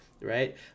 Right